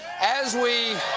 as we